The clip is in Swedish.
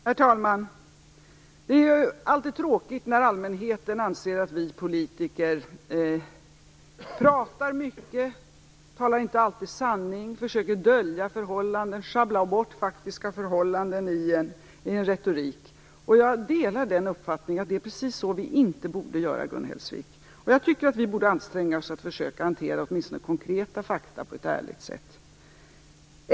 Herr talman! Det är alltid tråkigt när allmänheten anser att vi politiker pratar mycket, inte alltid talar sanning, försöker att dölja saker och att sjabbla bort faktiska förhållanden i en retorik, och jag delar uppfattningen att det är precis så vi inte borde göra, Gun Hellsvik. Jag tycker att vi borde anstränga oss att försöka hantera åtminstone konkreta fakta på ett ärligt sätt.